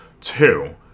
Two